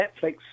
Netflix